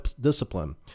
discipline